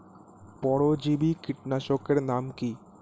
পরজীবী কীটনাশকের নাম কি?